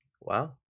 Wow